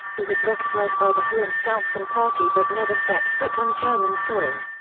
who was recognized by the hohenstaufen party but never set foot on german soil.